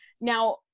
Now